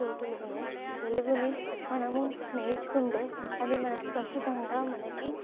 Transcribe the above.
చోటలోనే తెలుగుని మనము నేర్చుకుంటే అది మనకి ఖచ్చితంగా మనకి